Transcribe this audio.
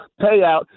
payout